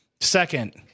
Second